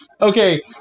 Okay